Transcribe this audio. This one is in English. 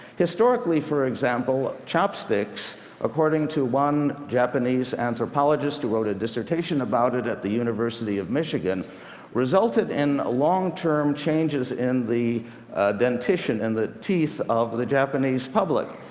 historically, for example, chopsticks according to one japanese anthropologist who wrote a dissertation about it at the university of michigan resulted in long-term changes in the dentition, in and the teeth, of the japanese public.